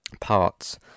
parts